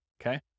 okay